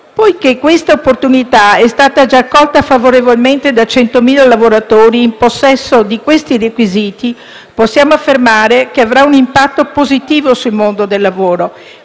Poiché questa opportunità è stata già accolta favorevolmente da 100.000 lavoratori in possesso di tali requisiti, possiamo affermare che avrà un impatto positivo sul mondo del lavoro;